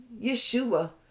Yeshua